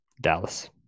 Dallas